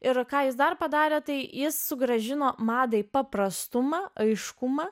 ir ką jis dar padarė tai jis sugrąžino madai paprastumą aiškumą